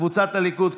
קבוצת סיעת הליכוד,